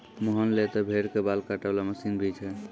मोहन लॅ त भेड़ के बाल काटै वाला मशीन भी छै